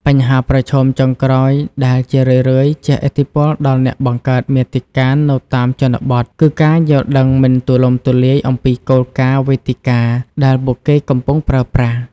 បញ្ហាប្រឈមចុងក្រោយដែលជារឿយៗជះឥទ្ធិពលដល់អ្នកបង្កើតមាតិកានៅតាមជនបទ គឺ ការយល់ដឹងមិនទូលំទូលាយអំពីគោលការណ៍វេទិកាដែលពួកគេកំពុងប្រើប្រាស់។